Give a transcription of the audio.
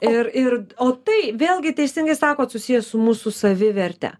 ir ir o tai vėlgi teisingai sakot susiję su mūsų saviverte